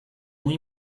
muy